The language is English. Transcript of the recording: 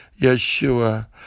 Yeshua